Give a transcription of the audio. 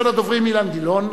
תודה למזכירת הכנסת.